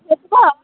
से